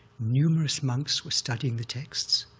numerous monks were studying the texts,